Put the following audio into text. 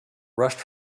rushed